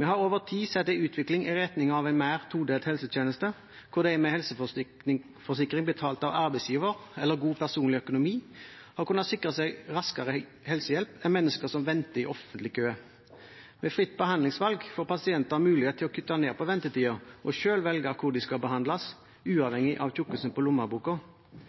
Vi har over tid sett en utvikling i retning av en mer todelt helsetjeneste, der de med helseforsikring betalt av arbeidsgiver eller med god personlig økonomi har kunnet sikre seg raskere helsehjelp enn mennesker som venter i offentlig kø. Ved fritt behandlingsvalg får pasientene mulighet til å kutte ned på ventetiden og selv velge hvor de skal behandles, uavhengig av tykkelsen på lommeboka.